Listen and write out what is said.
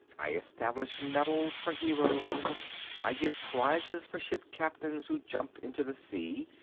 i establish medals for heroes. i give prizes for ship captains who jump into the sea,